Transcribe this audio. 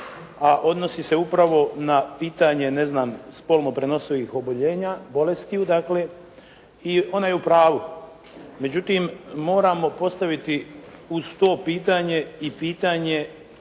a odnosi se upravo na pitanje, ne znam, spolno prenosivih oboljenja, bolesti dakle i ona je u pravu. Međutim moramo postaviti uz to pitanje i pitanje